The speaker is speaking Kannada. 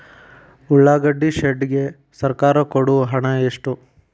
ಉಳ್ಳಾಗಡ್ಡಿ ಶೆಡ್ ಗೆ ಸರ್ಕಾರ ಕೊಡು ಹಣ ಎಷ್ಟು?